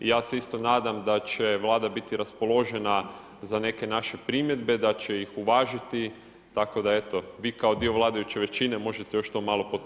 Ja se isto nadam da će Vlada biti raspoložena za neke naše primjedbe, da će ih uvažiti, tako da eto, vi kao dio vladajuće većine možete još to malo potpomognuti.